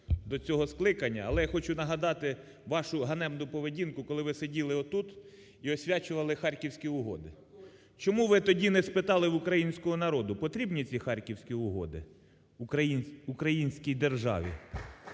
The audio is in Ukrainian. до цього скликання, але я хочу нагадати вашу ганебну поведінку, коли ви сиділи отут і освячували Харківські угоди. Чому ви тоді не спитали в українського народу, потрібні ці Харківська угоди українській державі?